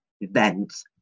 events